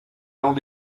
allons